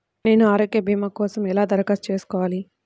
నేను ఆరోగ్య భీమా కోసం ఎలా దరఖాస్తు చేసుకోవాలి?